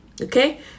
Okay